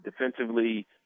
Defensively